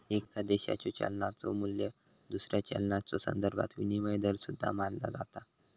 एका देशाच्यो चलनाचो मू्ल्य दुसऱ्या चलनाच्यो संदर्भात विनिमय दर सुद्धा मानला जाता